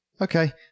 okay